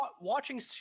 watching